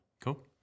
Cool